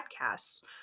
podcasts